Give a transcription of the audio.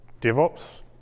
DevOps